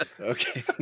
Okay